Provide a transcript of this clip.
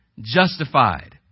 justified